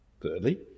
Thirdly